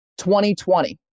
2020